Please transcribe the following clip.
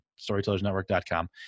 storytellersnetwork.com